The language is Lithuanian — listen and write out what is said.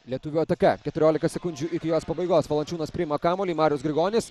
lietuvių ataka keturiolika sekundžių iki jos pabaigos valančiūnas priima kamuolį marius grigonis